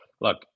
look